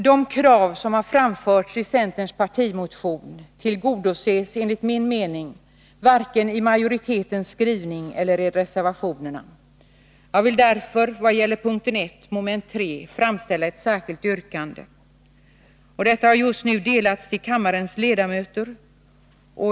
De krav som har framförts i centerns partimotion tillgodoses enligt min mening varken i majoritetens skrivning eller i reservationerna. Jag vill därför i vad gäller punkten 1, mom. 3, framställa ett särskilt yrkande, som har utdelats till kammarens ledamöter.